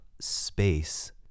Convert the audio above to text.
space